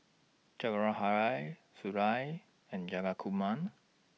Jawaharlal Sunderlal and Jayakumar